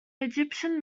egyptian